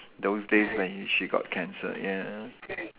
those days when h~ she got cancer ya